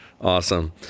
Awesome